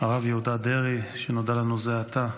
הרב יהודה דרעי, שנודעה לנו זה עתה.